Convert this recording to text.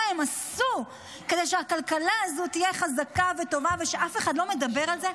הם עשו כדי שהכלכלה הזו תהיה חזקה וטובה ושאף אחד לא מדבר על זה.